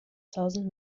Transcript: tausend